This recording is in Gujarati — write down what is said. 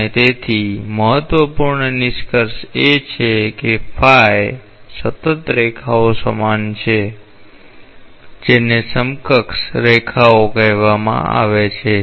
અને તેથી મહત્વપૂર્ણ નિષ્કર્ષ એ છે કે સતત રેખાઓ સમાન છે જેને સમકક્ષ રેખાઓ કહેવામાં આવે છે